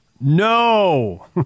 No